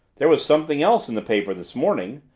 there was something else in the paper this morning,